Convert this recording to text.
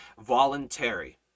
voluntary